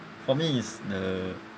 for me is the